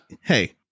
hey